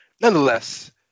Nonetheless